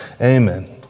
Amen